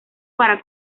para